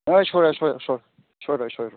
ꯑꯦ ꯁꯣꯏꯔꯣꯏ ꯁꯣꯏꯔꯣꯏ ꯁꯣꯏꯔꯣꯏ ꯁꯣꯏꯔꯣꯏ ꯁꯣꯏꯔꯣꯏ